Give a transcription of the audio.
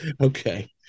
Okay